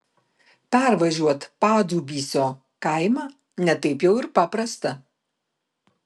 pervažiuot padubysio kaimą ne taip jau ir paprasta